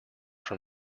from